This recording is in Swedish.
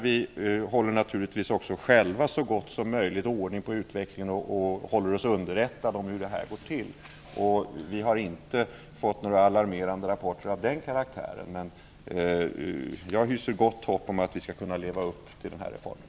Vi håller naturligtvis också själva i så stor utsträckning som möjligt ordning på utvecklingen och underrättar oss om vad som sker. Vi har inte fått några alarmerande rapporter i detta sammanhang. Jag hyser gott hopp om att vi skall kunna leva upp till reformens intentioner.